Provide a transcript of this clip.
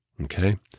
okay